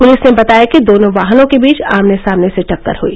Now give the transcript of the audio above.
police ने बताया कि दोनों वाहनों के बीच आमने सामने से टक्कर हुई